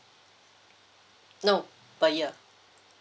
no per year